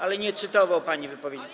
Ale pan nie cytował pani wypowiedzi.